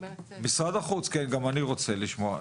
משרד החוץ, כן, גם אני רוצה לשמוע.